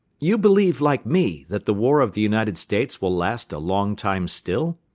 you believe, like me, that the war of the united states will last a long time still?